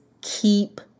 keep